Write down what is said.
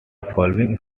following